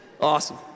Awesome